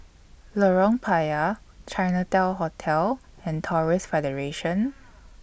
Lorong Payah Chinatown Hotel and Taoist Federation